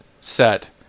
set